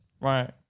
Right